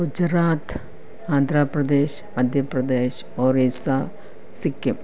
Gujarat Andhra Pradesh Madhya Pradesh Orissa Sikkim